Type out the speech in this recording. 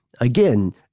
Again